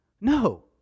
No